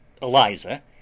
Eliza